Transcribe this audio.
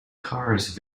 cars